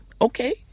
Okay